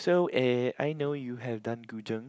so eh I know you have done Gu Zheng